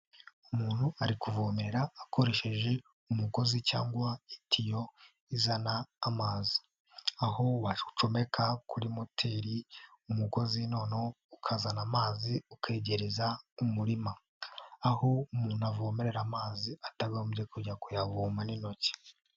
Umuntu ari kuvomerera akoresheje umugozi cyangwa itiyo izana amazi, aho wacomeka kuri moteri umugozi noneho ukazana amazi ukegereza umurima, aho umuntu avomerera amazi atagombye kujya kuyavoma n'intoki.